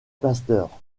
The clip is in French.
pasteur